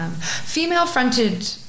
Female-fronted